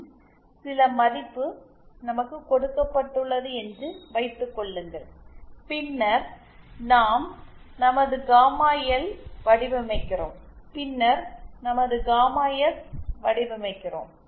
யின் சில மதிப்பு நமக்கு கொடுக்கப்பட்டுள்ளது என்று வைத்துக் கொள்ளுங்கள் பின்னர் நாம் நமது காமா எல்ஐ வடிவமைக்கிறோம் பின்னர் நமது காமா எஸ்ஐ வடிவமைக்கிறோம்